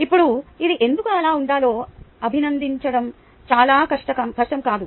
ఇప్పుడు ఇది ఎందుకు అలా ఉండాలో అభినందించడం చాలా కష్టం కాదు